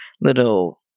little